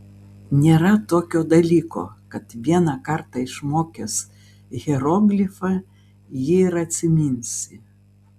nėra tokio dalyko kad vieną kartą išmokęs hieroglifą jį ir atsiminsi